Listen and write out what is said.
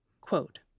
Quote